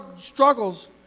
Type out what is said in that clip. struggles